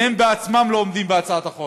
והם בעצמם לא עומדים בחוק.